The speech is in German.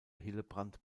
hillebrand